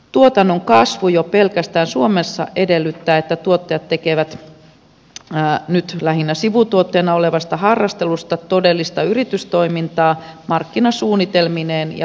tuotannon kasvu jo pelkästään suomessa edellyttää että tuottajat tekevät nyt lähinnä sivutuotteena olevasta harrastelusta todellista yritystoimintaa markkinasuunnitelmineen ja liiketoimintaosaamisineen